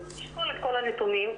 נשקול את כל הנתונים,